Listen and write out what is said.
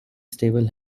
stable